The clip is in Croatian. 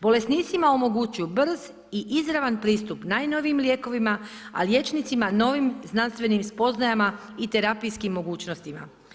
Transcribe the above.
Bolesnicima omogućuju brz i izravan pristup najnovijim lijekovima, a liječnicima novim znanstvenim spoznajama i terapijskim mogućnostima.